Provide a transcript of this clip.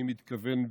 אני מתכוון,